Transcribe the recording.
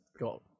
got